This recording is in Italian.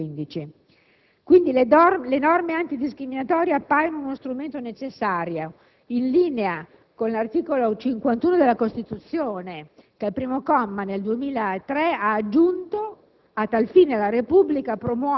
su 500 componenti le donne sono 15). Quindi, le norme antidiscriminatorie appaiono uno strumento necessario, in linea con l'articolo 51 della Costituzione, cui al primo comma nel 2003 si è aggiunto: